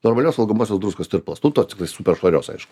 normalios valgomosios druskos tirpalas nu tos tiktais super švarios aišku